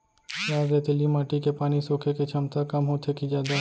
लाल रेतीली माटी के पानी सोखे के क्षमता कम होथे की जादा?